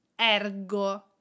ergo